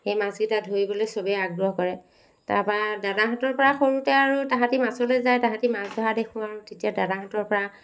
সেই মাছকেইটা ধৰিবলৈ চবে আগ্ৰহ কৰে তাৰপৰা দাদাহঁতৰ পৰা সৰুতে আৰু তাহাঁতি মাছলৈ যায় তাহাঁতি মাছ ধৰা দেখো আৰু তেতিয়া দাদাহঁতৰ পৰা